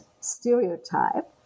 stereotype